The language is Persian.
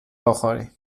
بخوریم